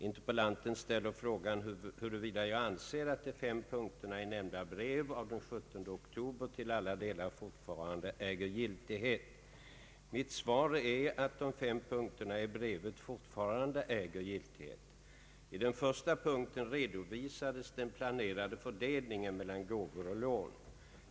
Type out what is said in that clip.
Interpellanten ställer frågan huruvida jag anser, att de fem punkterna i nämnda brev av den 17 oktober till alla delar fortfarande äger giltighet. Mitt svar är att de fem punkterna i brevet fortfarande äger giltighet. I den första punkten redovisades den planerade fördelningen mellan gåvor och lån.